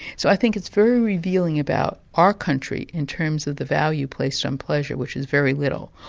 so i think it's very revealing about our country in terms of the value placed on pleasure, which is very little.